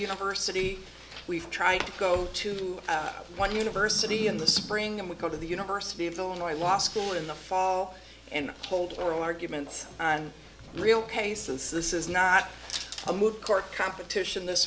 university we've tried to go to one university in the spring and we go to the university of illinois law school in the fall and hold oral arguments and real cases so this is not a move or competition this